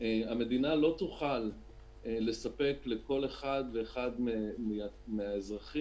המדינה לא תוכל לספק לכל אחד ואחד מהאזרחים